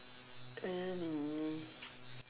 really